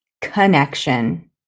connection